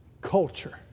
culture